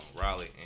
Raleigh